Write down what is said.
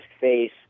face